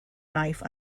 knife